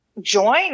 join